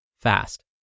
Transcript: fast